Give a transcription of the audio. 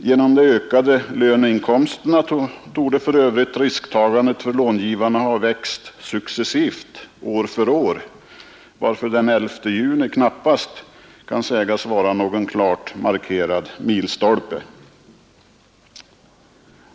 Genom de ökade löneinkomsterna torde för övrigt risktagandet för långivarna ha växt successivt år för år, varför den 11 juni knappast kan sägas vara någon klart markerad milstolpe.